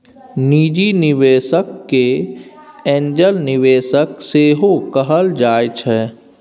निजी निबेशक केँ एंजल निबेशक सेहो कहल जाइ छै